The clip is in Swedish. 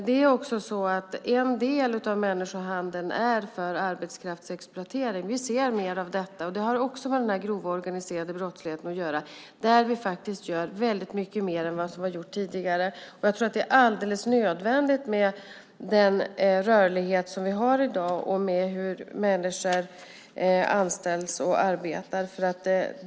Det är också så att en del av människohandeln sker för arbetskraftsexploatering. Vi ser mer av detta, och det har också med den grova organiserade brottsligheten att göra där vi faktiskt gör väldigt mycket mer än vad som har gjorts tidigare. Jag tror att det är alldeles nödvändigt med den rörlighet som vi har i dag och med tanke på hur människor anställs och arbetar.